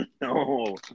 No